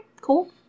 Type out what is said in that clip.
cool